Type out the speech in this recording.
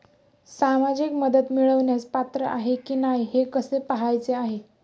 सामाजिक मदत मिळवण्यास पात्र आहे की नाही हे कसे पाहायचे?